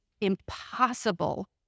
impossible